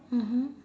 mmhmm